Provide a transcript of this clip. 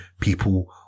people